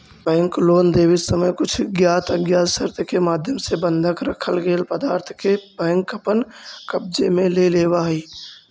bank loan देवित समय कुछ ज्ञात अज्ञात शर्त के माध्यम से बंधक रखल गेल पदार्थ के बैंक अपन कब्जे में ले लेवऽ हइ